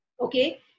Okay